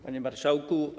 Panie Marszałku!